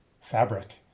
fabric